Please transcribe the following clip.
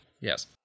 Yes